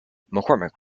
mccormick